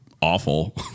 awful